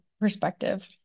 perspective